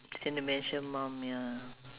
dementia mum ya